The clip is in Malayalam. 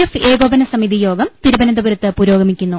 എഫ് ഏകോപനസമിതി യോഗം തിരുവനന്തപുരത്ത് പുരോ ഗമിക്കുന്നു